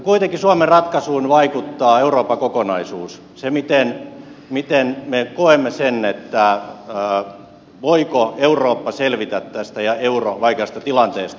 kuitenkin suomen ratkaisuun vaikuttaa euroopan kokonaisuus se miten me koemme sen voivatko eurooppa ja euro selvitä tästä vaikeasta tilanteesta